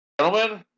gentlemen